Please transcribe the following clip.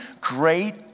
great